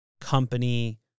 company